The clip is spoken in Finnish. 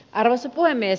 arvoisa puhemies